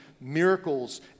miracles